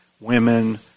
women